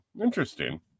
Interesting